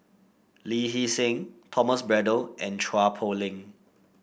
Lee Hee Seng Thomas Braddell and Chua Poh Leng